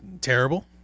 terrible